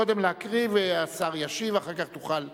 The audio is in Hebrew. קודם להקריא, השר ישיב ואתה תוכל להוסיף.